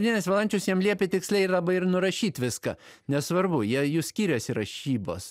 vadinas valančius jam liepė tiksliai labai ir nurašyt viską nesvarbu jie jų skiriasi rašybos